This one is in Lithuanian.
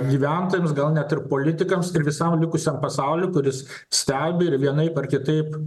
gyventojams gal net ir politikams ir visam likusiam pasauliui kuris stebi ir vienaip ar kitaip